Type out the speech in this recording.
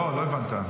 לא, הינה השתקתי.